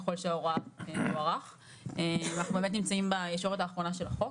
ככל שההוראה תוארך ואנחנו באמת נמצאים בישורת האחרונה של החוק.